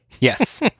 Yes